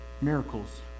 Miracles